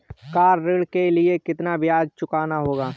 Car ऋण के लिए कितना ब्याज चुकाना होगा?